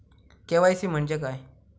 KYC म्हणजे काय?